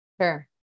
Sure